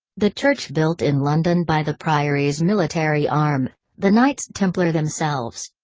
the church built in london by the priory's military arm the knights templar themselves!